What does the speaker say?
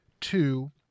two